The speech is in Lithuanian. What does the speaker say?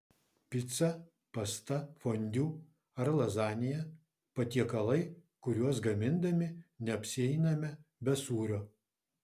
pica pasta fondiu ar lazanija patiekalai kuriuos gamindami neapsieiname be sūrio